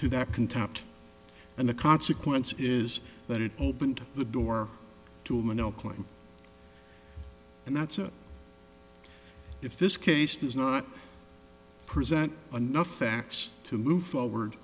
to that contempt and the consequence is that it opened the door to him and oakland and that's it if this case does not present anough facts to move forward